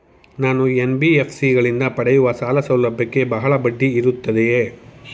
ನಾನು ಎನ್.ಬಿ.ಎಫ್.ಸಿ ಗಳಿಂದ ಪಡೆಯುವ ಸಾಲ ಸೌಲಭ್ಯಕ್ಕೆ ಬಹಳ ಬಡ್ಡಿ ಇರುತ್ತದೆಯೇ?